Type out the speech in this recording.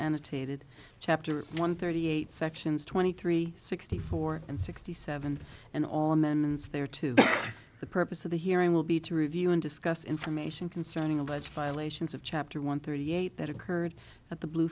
annotated chapter one thirty eight sections twenty three sixty four and sixty seven and all amendments there to the purpose of the hearing will be to review and discuss information concerning alleged violations of chapter one thirty eight that occurred at the